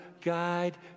guide